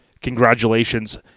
congratulations